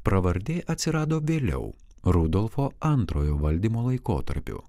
pravardė atsirado vėliau rudolfo antrojo valdymo laikotarpiu